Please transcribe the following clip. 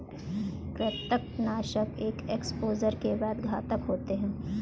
कृंतकनाशक एक एक्सपोजर के बाद घातक होते हैं